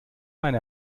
meine